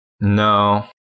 No